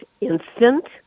instant